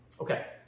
Okay